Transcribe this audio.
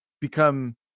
become